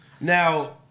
Now